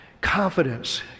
confidence